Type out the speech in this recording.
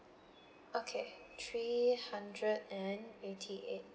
okay three hundred and eighty eight